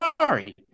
sorry